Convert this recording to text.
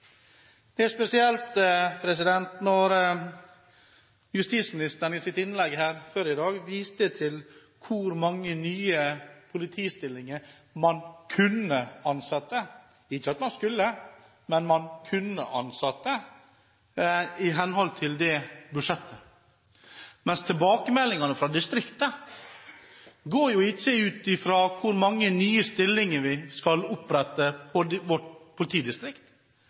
Det er spesielt når justisministeren i sitt innlegg tidligere i dag viste til hvor mange nye politistillinger man kunne få – ikke at man skulle, men man kunne – i henhold til budsjettet. Men tilbakemeldingene fra distriktene går jo ikke på hvor mange stillinger vi skal opprette ved vårt politidistrikt,